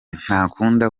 ntakunda